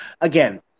again